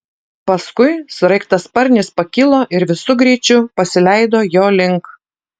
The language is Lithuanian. paskui sraigtasparnis pakilo ir visu greičiu pasileido jo link